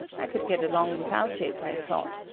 i could get along without it, i thought,